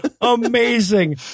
Amazing